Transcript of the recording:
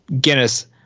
Guinness